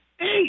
eight